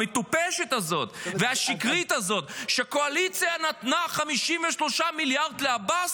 המטופשת הזאת והשקרית הזאת שהקואליציה נתנה 53 מיליארד לעבאס,